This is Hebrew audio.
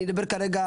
אני אדבר כרגע,